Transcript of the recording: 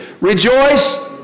Rejoice